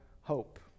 hope